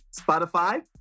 Spotify